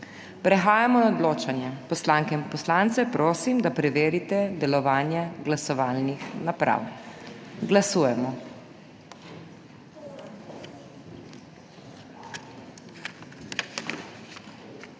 Prehajamo na odločanje. Poslanke in poslance prosim, da preverite delovanje glasovalnih naprav. Glasujemo.